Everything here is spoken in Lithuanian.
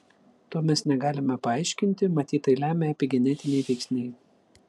to mes negalime paaiškinti matyt tai lemia epigenetiniai veiksniai